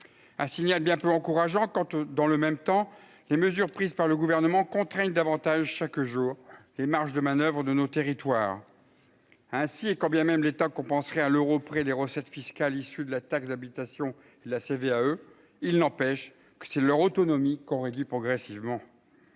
ah a bien peu encourageant quand dans le même temps, les mesures prises par le gouvernement contraint davantage chaque jour les marges de manoeuvre ou de nos territoires ainsi et quand bien même l'État compenserait à l'euro près les recettes fiscales issues de la taxe d'habitation, la CVAE il n'empêche que si leur autonomie qu'on réduit progressivement